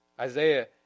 Isaiah